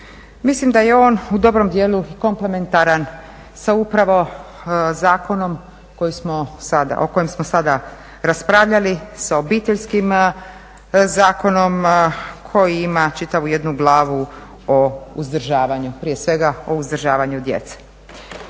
Mislim da je on u dobrom dijelu komplementaran sa upravo zakonom o kojem smo sada raspravljali, sa Obiteljskim zakonom koji ima čitavu jednu glavu o uzdržavanju, prije svega o uzdržavanju djece.